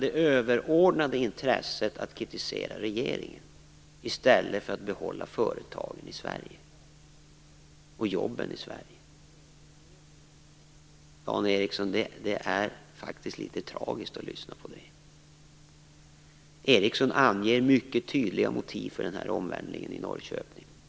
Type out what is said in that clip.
Det överordnade intresset är att kritisera regeringen i stället för att behålla företagen och jobben i Sverige. Det är faktiskt litet tragiskt, Dan Ericsson, att lyssna på detta. Ericsson anger mycket tydliga motiv för den här omvälvningen i Norrköping.